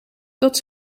dat